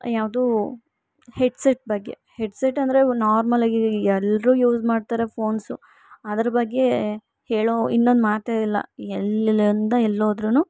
ಯಾವುದು headset ಬಗ್ಗೆ headset ಅಂದರೆ ನಾರ್ಮಲ್ಲಾಗಿ ಎಲ್ಲರೂ ಯೂಸ್ ಮಾಡ್ತಾರೆ ಫೋನ್ಸು ಅದ್ರ ಬಗ್ಗೆ ಹೇಳೋ ಇನ್ನೊಂದು ಮಾತೇ ಇಲ್ಲ ಎಲ್ಲೆಲ್ಲಿಂದ ಎಲ್ಲೋದ್ರುನು